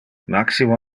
maximo